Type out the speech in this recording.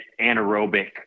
anaerobic